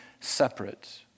separate